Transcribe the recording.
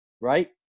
right